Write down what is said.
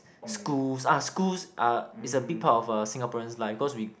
schools ah schools are is a big part of a Singaporean's life because we